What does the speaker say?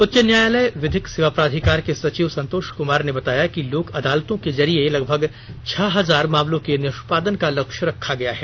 उच्च न्यायालय विधिक सेवा प्राधिकार के सचिव संतोष कमार ने बताया कि लोक अदालतों के जरिए लगभग छह हजार मामलों के निष्पादन का लक्ष्य रखा गया है